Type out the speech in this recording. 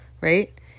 right